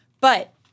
But-